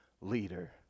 leader